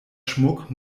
schmuck